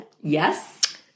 Yes